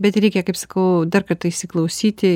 bet reikia kaip sakau dar kartą įsiklausyti